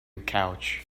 couch